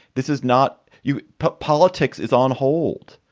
this is not you. politics is on hold.